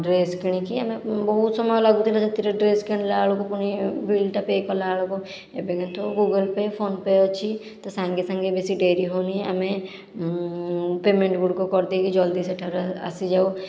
dress କିଣିକି ଆମେ ବହୁତ ସମୟ ଲାଗୁଥିଲା ସେଥିରେ ଡ୍ରେସ୍ କିଣିଲା ବେଳକୁ ପୁଣି ବିଲ୍ ଟା ପେ' କଲା ବେଳକୁ ଏବେ କିନ୍ତୁ ଗୁଗୁଲ ପେ' ଫୋନ ପେ' ଅଛି ତ ସାଙ୍ଗେ ସାଙ୍ଗେ ବେଶି ଡେରି ହେଉନି ଆମେ ପେମେଣ୍ଟ ଗୁଡ଼ିକ କରିଦେଇକି ଜଲ୍ଦି ସେଠାରୁ ଆସିଯାଉ